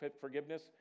forgiveness